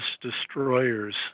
destroyers